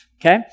okay